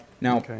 now